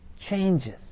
changes